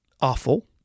awful